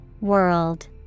World